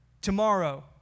tomorrow